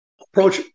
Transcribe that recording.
approach